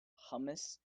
hummus